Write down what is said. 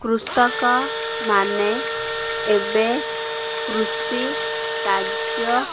କୃଷକମାନେ ଏବେ କୃଷି କାର୍ଯ୍ୟ